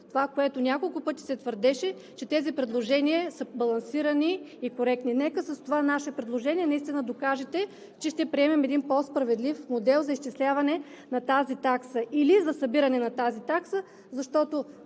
това, което няколко пъти се твърдеше – че тези предложения са балансирани и коректни. Нека с това наше предложение наистина да докажете, че ще приемем един по-справедлив модел за изчисляване на тази такса или за събиране на тази такса, защото